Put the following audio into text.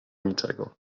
niczego